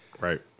Right